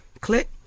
Click